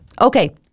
Okay